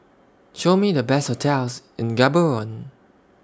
Show Me The Best hotels in Gaborone